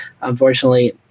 unfortunately